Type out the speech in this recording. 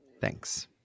Thanks